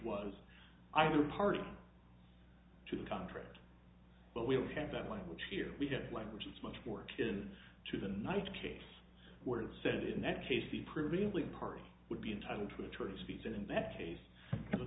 was either party to the contract but we don't have that language here we have language is much more kid in to the night case where it said in that case the prevailing party would be entitled to attorney's fees in that case